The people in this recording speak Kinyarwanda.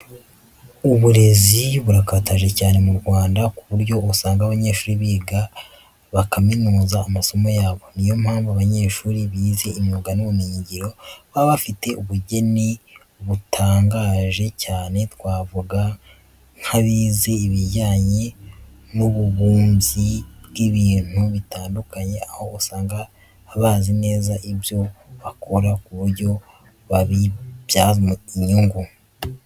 Uburezi burakataje cyane mu Rwanda ku buryo usanga abanyeshuri biga bakaminuza amasomo yabo, ni yo mpamvu abanyeshuri bize imyuga n'ubumenyingiro baba bafite ubugeni butangaje cyane twavuga nk'abize ibijyanye n'ububumbyi bw'ibintu bitandukanye aho usanga bazi neza ibyo bakora ku buryo babibyaza inyungu.